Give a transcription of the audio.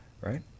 right